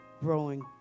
growing